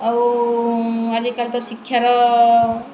ଆଉ ଆଜିକାଲି ତ ଶିକ୍ଷାର